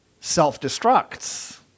self-destructs